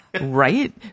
Right